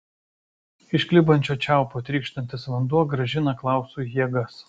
iš klibančio čiaupo trykštantis vanduo grąžina klausui jėgas